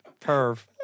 Perv